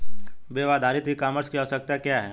Web आधारित e commerce की आवश्यकता क्या है?